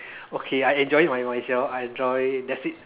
okay I enjoy it by myself I enjoy that's it